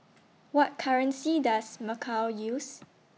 What currency Does Macau use